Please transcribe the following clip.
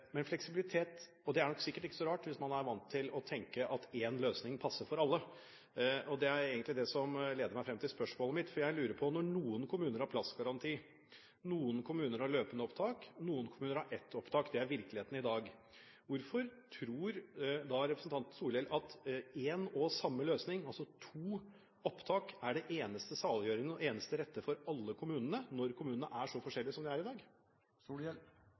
Det er nok sikkert ikke så rart hvis man er vant til å tenke at én løsning passer for alle. Det er egentlig det som leder meg frem til spørsmålet mitt, for jeg lurer på: Når noen kommuner har plassgaranti, noen kommuner har løpende opptak og noen kommuner har ett opptak – det er virkeligheten i dag – hvorfor tror da representanten Solhjell at én og samme løsning, altså to opptak, er det eneste saliggjørende og eneste rette for alle kommunene, når kommunene er så forskjellige som de er i